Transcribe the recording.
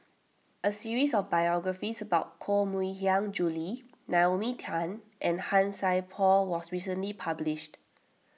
a series of biographies about Koh Mui Hiang Julie Naomi Tan and Han Sai Por was recently published